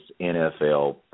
NFL